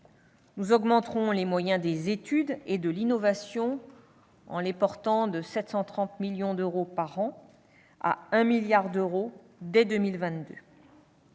Nous augmenterons les moyens des études et de l'innovation en les portant de 730 millions d'euros par an à 1 milliard d'euros dès 2022.